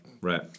Right